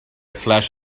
flash